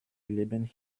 leben